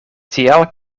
tial